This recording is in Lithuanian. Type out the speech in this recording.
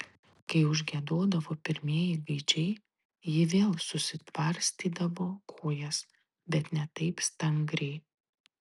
kai užgiedodavo pirmieji gaidžiai ji vėl susitvarstydavo kojas bet ne taip stangriai